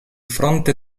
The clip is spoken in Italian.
fronte